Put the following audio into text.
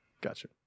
Gotcha